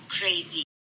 crazy